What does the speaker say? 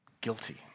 Guilty